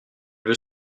veut